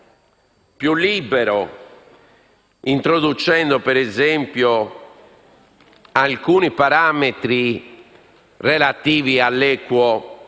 più libero, introducendo, ad esempio, alcuni parametri relativi all'equo